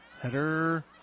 Header